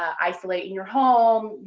isolate in your home,